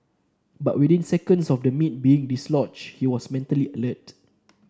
but within seconds of the meat being dislodged he was mentally alert